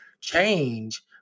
change